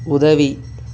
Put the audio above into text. உதவி